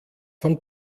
von